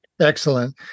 Excellent